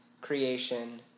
creation